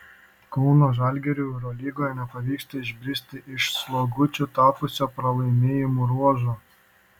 kauno žalgiriui eurolygoje nepavyksta išbristi iš slogučiu tapusio pralaimėjimų ruožo